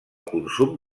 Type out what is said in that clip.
consum